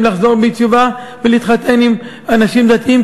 לחזור בתשובה ולהתחתן עם אנשים דתיים,